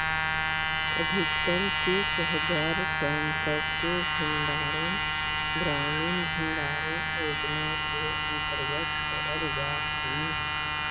अधिकतम तीस हज़ार टन तक के भंडारण ग्रामीण भंडारण योजना के अंतर्गत करल जा हई